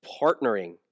partnering